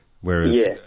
whereas